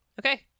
okay